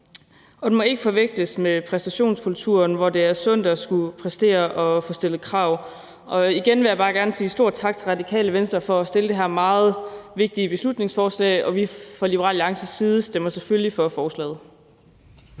Og den må ikke forveksles med præstationskulturen, hvor det er sundt at skulle præstere og få stillet krav. Igen vil jeg bare gerne sige stor tak til Radikale Venstre for at fremsætte det her meget vigtige beslutningsforslag, og fra Liberal Alliances side stemmer vi selvfølgelig for forslaget.